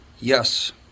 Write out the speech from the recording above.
Yes